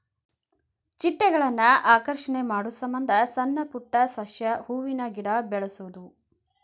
ಚಿಟ್ಟೆಗಳನ್ನ ಆಕರ್ಷಣೆ ಮಾಡುಸಮಂದ ಸಣ್ಣ ಪುಟ್ಟ ಸಸ್ಯ, ಹೂವಿನ ಗಿಡಾ ಬೆಳಸುದು